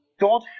God